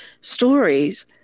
stories